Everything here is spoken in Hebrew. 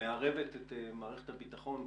מערבת את מערכת הביטחון,